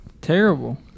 Terrible